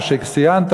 מה שציינת,